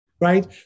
Right